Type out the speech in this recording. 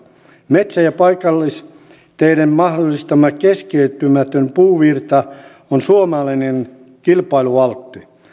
metsä ja paikallisteiden mahdollistama keskeytymätön puuvirta on suomalainen kilpailuvaltti